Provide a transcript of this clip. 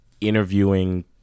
interviewing